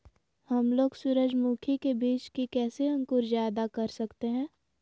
हमलोग सूरजमुखी के बिज की कैसे अंकुर जायदा कर सकते हैं?